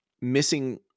missing